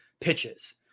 pitches